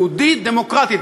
יהודית-דמוקרטית,